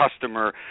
customer